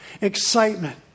excitement